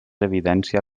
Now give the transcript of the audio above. evidència